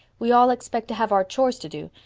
we all expect to have our chores to do.